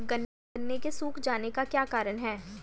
गन्ने के सूख जाने का क्या कारण है?